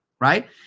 right